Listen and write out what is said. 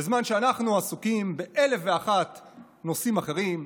בזמן שאנחנו עסוקים באלף ואחד נושאים אחרים,